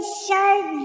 shirt